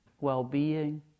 well-being